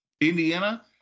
Indiana